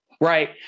right